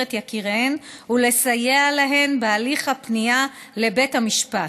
את יקיריהן ולסייע להן בהליך הפנייה לבית המשפט,